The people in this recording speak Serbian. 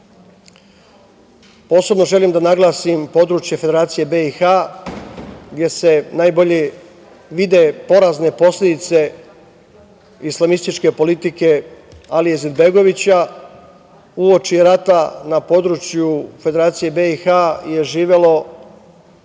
Posebno želim da naglasim područje Federacije BiH, gde se najbolje vide porazne posledice islamističke politike Alije Izetbegovića. Uoči rata na području Federacije BiH je živelo